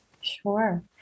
Sure